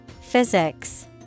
Physics